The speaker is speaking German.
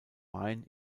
main